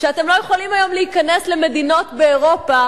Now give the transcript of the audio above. לא יכולים היום להיכנס למדינות באירופה